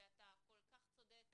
אתה כל כך צודק,